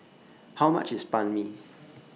How much IS Banh MI